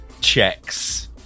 checks